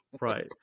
right